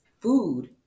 food